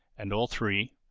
and all three,